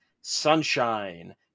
Sunshine